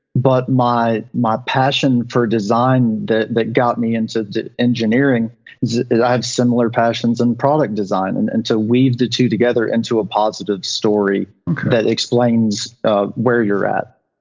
but my my passion for design that got me into engineering, i have similar passions in product design. and and to weave the two together into a positive story that explains where you're at.